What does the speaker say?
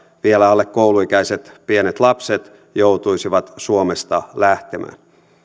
vielä alle kouluikäiset pienet lapset joutuisivat suomesta lähtemään